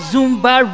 Zumba